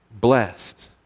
blessed